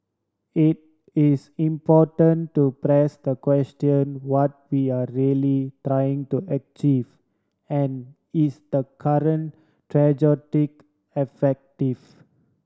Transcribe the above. it is important to press the question what we are really trying to achieve and is the current effective